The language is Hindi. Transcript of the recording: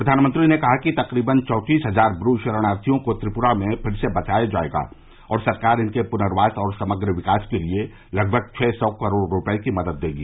प्रधानमंत्री ने कहा कि तकरीबन चौंतीस हजार ब्र शरणार्थियों को त्रिपुरा में फिर से बसाया जाएगा और सरकार इनके पुनर्वास और समग्र विकास के लिए लगभग छह सौ करोड़ रुपये की मदद देगी